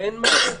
ואין מענה.